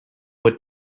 would